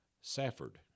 Safford